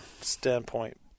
standpoint